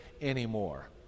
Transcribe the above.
anymore